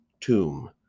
tomb